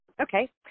Okay